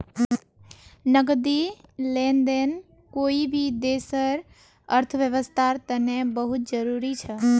नकदी लेन देन कोई भी देशर अर्थव्यवस्थार तने बहुत जरूरी छ